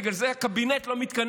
בגלל זה הקבינט לא מתכנס.